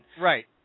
Right